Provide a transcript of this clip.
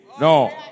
No